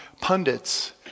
pundits